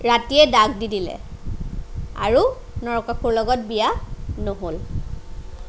ৰাতিয়ে ডাক দি দিলে আৰু নৰকাসুৰৰ লগত বিয়া নহ'ল